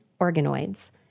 organoids